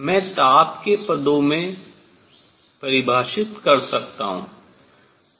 मैं ताप के पदों में परिभाषित कर सकता हूँ